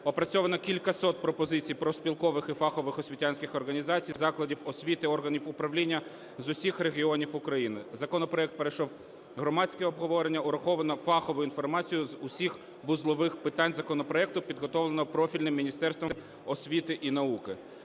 Опрацьовано кількасот пропозицій профспілкових і фахових освітянських організацій, закладів освіти, органів управління з усіх регіонів України. Законопроект пройшов громадське обговорення, враховано фахову інформацію з усіх вузлових питань законопроекту, підготовленого профільним Міністерством освіти і науки.